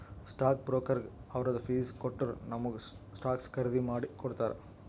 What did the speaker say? stock ಬ್ರೋಕರ್ಗ ಅವ್ರದ್ fees ಕೊಟ್ಟೂರ್ ನಮುಗ ಸ್ಟಾಕ್ಸ್ ಖರ್ದಿ ಮಾಡಿ ಕೊಡ್ತಾರ್